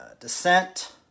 Descent